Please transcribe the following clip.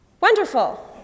Wonderful